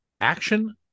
action